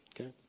Okay